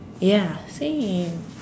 ya same